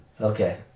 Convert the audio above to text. Okay